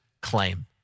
claim